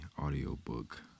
audiobook